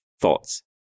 thoughts